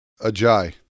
Ajay